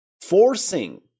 forcing